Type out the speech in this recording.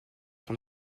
son